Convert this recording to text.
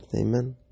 Amen